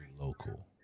local